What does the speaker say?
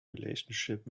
relationship